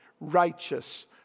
righteous